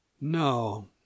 No